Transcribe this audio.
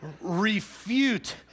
refute